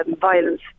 violence